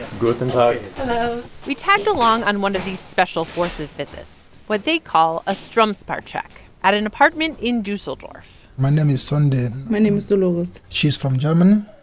guten tag hello we tagged along on one of these special forces visits what they call a stromspar-check at an apartment in dusseldorf my name is sunday my name is dolores she's from germany,